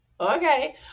okay